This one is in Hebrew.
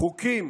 חוקים